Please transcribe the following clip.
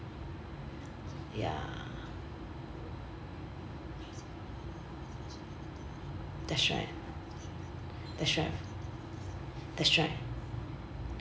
ya that's right that's right that's right